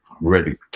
ready